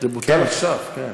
זה בוטל עכשיו, כן.